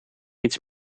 iets